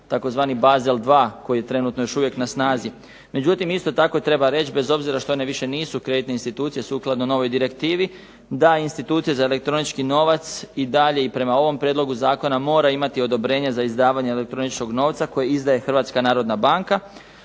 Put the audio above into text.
tzv. Bassel 2 koji je trenutno na snazi. Međutim, isto tako treba reći bez obzira što one više nisu kreditne institucije sukladno novoj direktivi da institucije za elektronički novac i dalje i prema ovom Prijedlogu zakona mora imati odobrenje za izdavanje elektroničkog novca koji izdaje Hrvatska narodna banka.